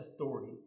authority